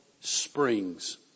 springs